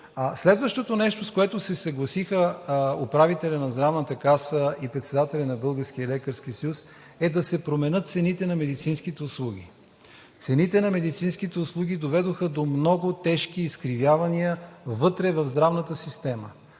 Следващото нещо, с което се съгласиха управителят на Здравната каса и председателят на Българския лекарски съюз, е да се променят цените на медицинските услуги. Цените на медицинските услуги доведоха до много тежки изкривявания вътре в здравната система,